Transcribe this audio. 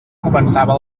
començava